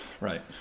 Right